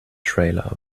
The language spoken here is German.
trailer